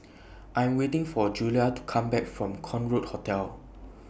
I Am waiting For Julia to Come Back from Concorde Hotel